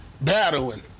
battling